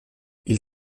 ils